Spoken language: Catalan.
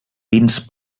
vins